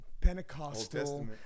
Pentecostal